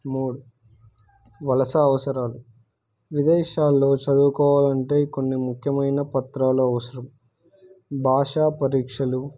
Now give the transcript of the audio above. మూడు వలస అవసరాలు విదేశాల్లో చదువుకోవాలంటే కొన్ని ముఖ్యమైన పత్రాలు అవసరం భాషా పరీక్షలు